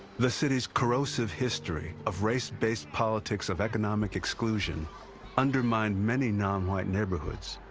the city's corrosive history of race-based politics of economic exclusion undermined many non-white neighborhoods,